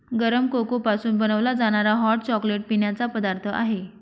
गरम कोको पासून बनवला जाणारा हॉट चॉकलेट पिण्याचा पदार्थ आहे